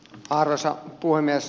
arvoisa puhemies